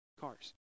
cars